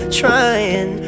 trying